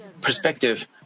perspective